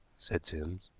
said sims.